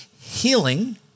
healing